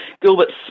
Gilbert's